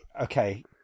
okay